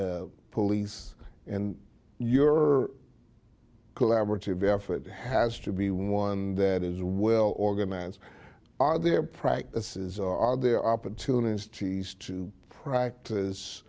the police in your collaborative effort has to be one that is well organized are there practices are there opportunities to practice